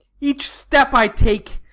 each step i take!